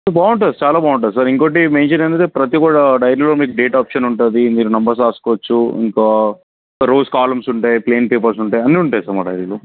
బాగుంటుంది చాలా బాగుంటుంది సార్ ఇంకోటి మేజర్ ఏంటంటే ప్రతిది కూడా డైరీలో మీకు డేట్ ఆప్షన్ ఉంటుంది మీరు నెంబర్స్ రాసుకోవచ్చు ఇంకా రోస్ కాలమ్స్ ఉంటాయి ప్లెయిన్ పేపర్స్ ఉంటాయి అన్ని ఉంటాయి సార్ మా డైరీలో